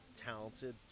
talented